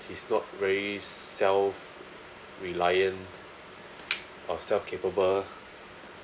he's not very self-reliant or self capable